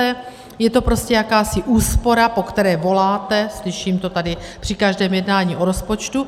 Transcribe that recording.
Je to prostě jakási úspora, po které voláte, slyším to tady při každém jednání o rozpočtu.